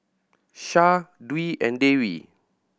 Syah Dwi and Dewi